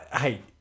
Hey